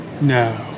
No